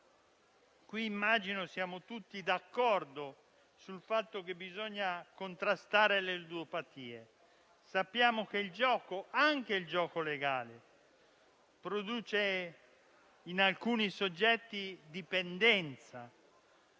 Immagino che siamo tutti d'accordo sul fatto che bisogna contrastare le ludopatie e sappiamo che il gioco, anche quello legale, produce in alcuni soggetti dipendenza.